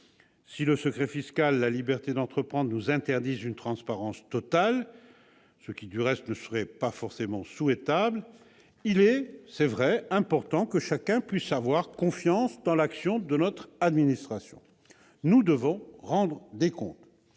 Si le secret fiscal et la liberté d'entreprendre nous interdisent une transparence totale- une transparence qui, du reste, ne serait pas forcément souhaitable -, il est important que chacun puisse avoir confiance dans l'action de notre administration. Nous devons rendre des comptes.